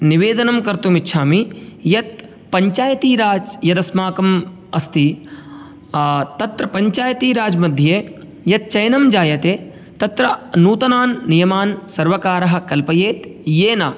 निवेदनं कर्तुम् इच्छामि यत् पञ्चायतीराज् यदस्माकम् अस्ति तत्र पञ्चायतीराज् मध्ये यत् चयनं जायते तत्र नूतनान् नियमान् सर्वकारः कल्पयेत् येन